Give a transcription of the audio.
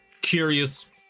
curious